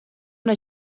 una